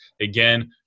again